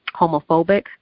homophobic